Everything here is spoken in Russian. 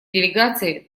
делегации